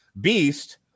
Beast